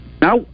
Now